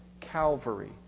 Calvary